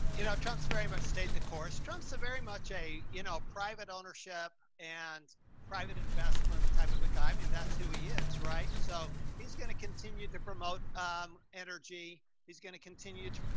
you know, trump's very much stayed. the course, trump's a very much a, you know, private ownership and private investment type of a guy. i mean, that's who he is, right? so he's going to continue to promote, um, energy is going to continue to, ah,